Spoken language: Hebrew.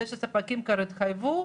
זה שספקים כבר התחייבו,